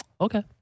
Okay